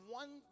one